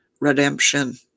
Redemption